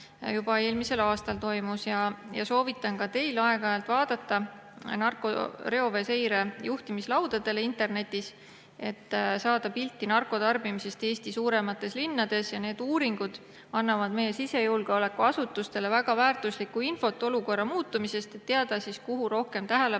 juba aasta varemgi. Soovitan ka teil aeg-ajalt vaadata reoveeseire juhtimislaudadele internetis, et saada pilti narkotarbimisest Eesti suuremates linnades. Need uuringud annavad meie sisejulgeolekuasutustele väga väärtuslikku infot olukorra muutumisest, et teada, kuhu rohkem tähelepanu